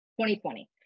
2020